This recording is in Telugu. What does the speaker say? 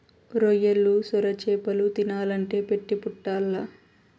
రొయ్యలు, సొరచేపలు తినాలంటే పెట్టి పుట్టాల్ల